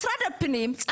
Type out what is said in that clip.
משרד הפנים,